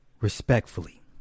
Respectfully